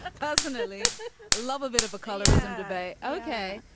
ah personally love a bit of a colorism debate. okay.